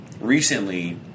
recently